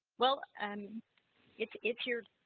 well, and it's if you're